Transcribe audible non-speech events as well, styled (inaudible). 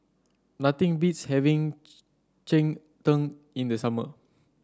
nothing beats having (unintelligible) Cheng Tng in the summer